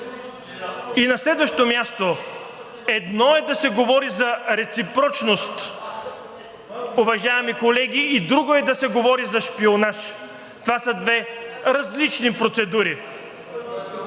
И на следващо място, едно е да се говори за реципрочност, уважаеми колеги, и друго е да се говори за шпионаж. Това са две различни процедури.